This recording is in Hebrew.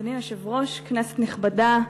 אדוני היושב-ראש, כנסת נכבדה,